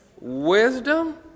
Wisdom